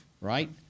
right